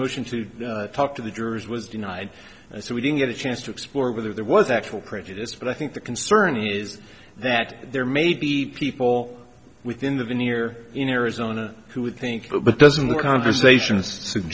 motion to talk to the jurors was denied so we didn't get a chance to explore whether there was actual prejudice but i think the concern is that there may be people within the veneer in arizona who would think but doesn't the conversation